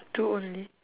two only